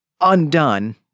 undone